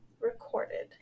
recorded